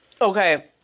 okay